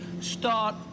start